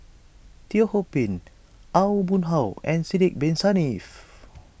Teo Ho Pin Aw Boon Haw and Sidek Bin Saniff